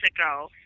ago